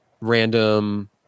Random